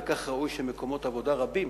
וכך ראוי שמקומות עבודה רבים